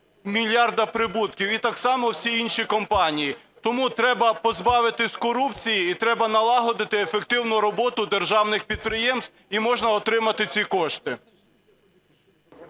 мільярда прибутків, і так само всі інші компанії. Тому треба позбавитися корупції і треба налагодити ефективну роботу державних підприємств, і можна отримати ці кошти.